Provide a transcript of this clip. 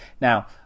Now